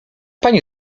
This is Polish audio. pani